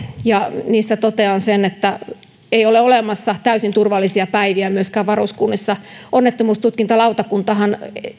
ja niissä totean sen että ei ole olemassa täysin turvallisia päiviä myöskään varuskunnissa onnettomuustutkintalautakuntahan